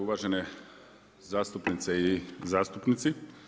Uvažene zastupnice i zastupnici.